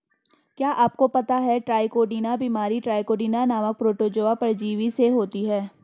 क्या आपको पता है ट्राइकोडीना बीमारी ट्राइकोडीना नामक प्रोटोजोआ परजीवी से होती है?